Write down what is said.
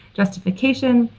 justification,